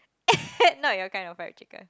not your kind of fried chicken